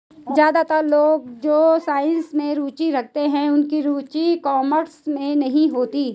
ज्यादातर लोग जो साइंस में रुचि रखते हैं उनकी रुचि कॉमर्स में नहीं होती